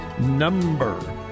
number